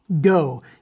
go